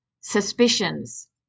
suspicions